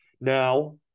Now